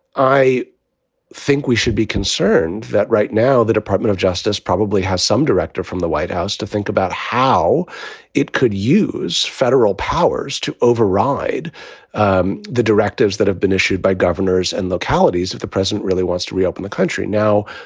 i think we should be concerned that right now the department of justice probably has some director from the white house to think about how it could use federal powers to override um the directives that have been issued by governors and localities. the president really wants to reopen the country now.